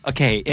Okay